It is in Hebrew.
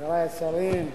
חברי השרים,